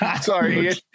Sorry